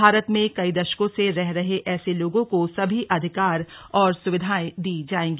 भारत में कई दशकों से रह रहे ऐसे लोगों को सभी अधिकार और सुविधाएं दी जायेंगी